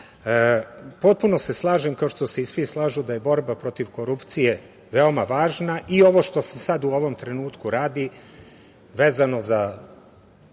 delu. Potpuno se slažem, kao što se i svi slažu da je borba protiv korupcije veoma važna i ovo što se sada u ovom trenutku radi, vezano za